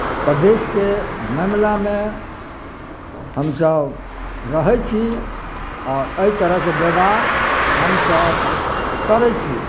प्रदेशके मामिलामे हमसभ रहै छी आओर एहि तरहके व्यवहार हमसभ करै छी